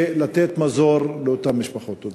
ולתת מזור לאותן משפחות.